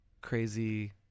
crazy